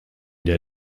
der